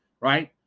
right